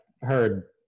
heard